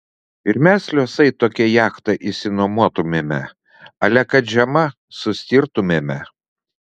ir mes liuosai tokią jachtą išsinuomotumėme ale kad žiema sustirtumėme